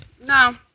No